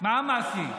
אתה מתייחס?